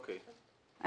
אנחנו גם לא מבקשים.